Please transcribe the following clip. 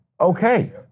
Okay